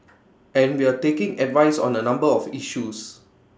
and we're taking advice on A number of issues